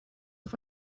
auf